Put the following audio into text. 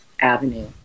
avenue